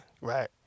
Right